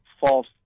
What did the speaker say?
false